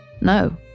No